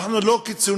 אנחנו לא קיצוניים.